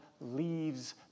leaves